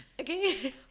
Okay